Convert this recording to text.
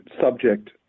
subject